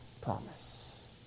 promise